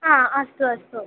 हा अस्तु अस्तु